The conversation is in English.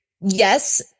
yes